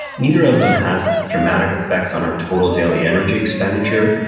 neither of them has dramatic effects on our total daily energy expenditure,